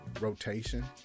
rotation